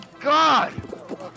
God